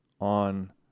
on